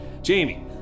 Jamie